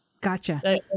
Gotcha